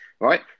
Right